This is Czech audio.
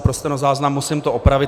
Pro stenozáznam to musím opravit.